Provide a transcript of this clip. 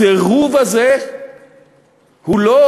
הסירוב הזה הוא לא,